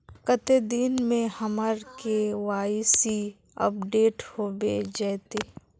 कते दिन में हमर के.वाई.सी अपडेट होबे जयते?